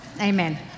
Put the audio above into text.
Amen